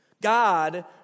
God